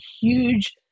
huge